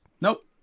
nope